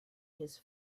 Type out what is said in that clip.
his